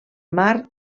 mar